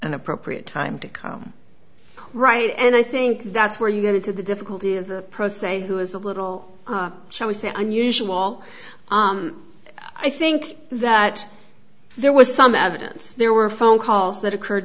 an appropriate time to comb right and i think that's where you get into the difficulty of the pro se who is a little shall we say unusual i think that there was some evidence there were phone calls that occurred